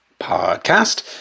podcast